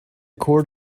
court